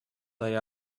sai